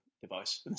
device